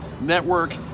Network